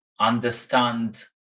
understand